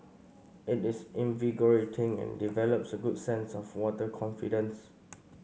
it is invigorating and develops a good sense of water confidence